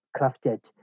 crafted